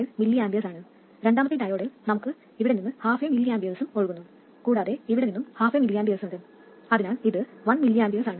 5 mA ആണ് രണ്ടാമത്തെ ഡയോഡിൽ നമുക്ക് ഇവിടെ നിന്ന് ഹാഫ് എ mA ഉം ഒഴുകുന്നു കൂടാതെ ഇവിടെ നിന്നും ഹാഫ് എ mA ഉണ്ട് അതിനാൽ ഇത് 1 mA ആണ്